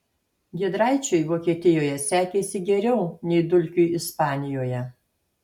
giedraičiui vokietijoje sekėsi geriau nei dulkiui ispanijoje